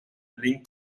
ring